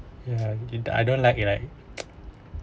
ya I don't like it like